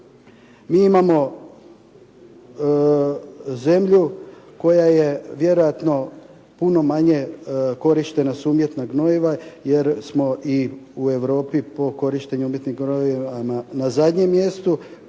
Mi imamo zemlju koja je vjerojatno puno manje korištena su umjetna gnojiva jer smo i u Europi po korištenju umjetnih gnojiva na zadnjem mjestu,